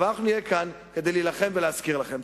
אבל אנחנו נהיה כאן כדי להילחם ולהזכיר לכם.